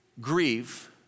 Grieve